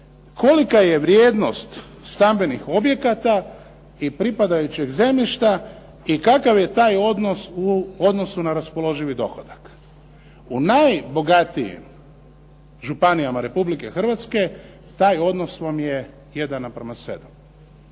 kolika je vrijednost stambenih objekata i pripadajućeg zemljišta i kakav je taj odnos u odnosu na raspoloživi dohodak. U najbogatijim županijama Republike Hrvatske taj odnos vam je 1:7.